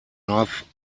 north